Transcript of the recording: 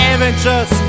Avengers